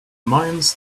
mines